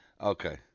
Okay